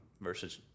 versus